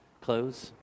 close